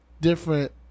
different